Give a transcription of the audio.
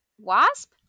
Wasp